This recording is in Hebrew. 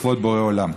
לכבוד בורא עולם.